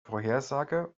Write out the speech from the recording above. vorhersage